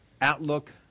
outlook